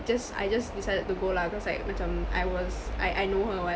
just I just decided to go lah because like macam I was I I know her [what]